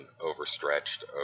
overstretched